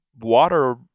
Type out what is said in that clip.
water